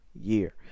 year